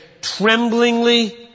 tremblingly